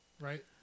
right